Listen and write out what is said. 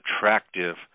attractive